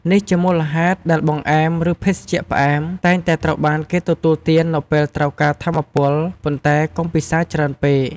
នេះជាមូលហេតុដែលបង្អែម ឬភេសជ្ជៈផ្អែម តែងតែត្រូវបានគេទទួលទាននៅពេលត្រូវការថាមពល ប៉ុន្តែកុំពិសារច្រើនពេក។